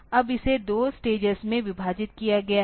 अब इसे दो स्टेजेस में विभाजित किया गया है